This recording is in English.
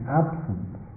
absence